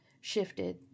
shifted